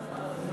הוראת שעה),